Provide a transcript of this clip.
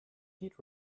heat